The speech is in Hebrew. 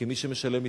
כמי שמשלם מסים,